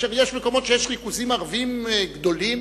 כאשר יש מקומות שיש ריכוזים ערביים גדולים,